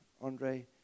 Andre